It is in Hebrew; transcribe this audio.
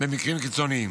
במקרים קיצוניים.